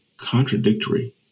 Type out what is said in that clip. contradictory